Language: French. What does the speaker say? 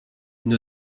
une